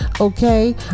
okay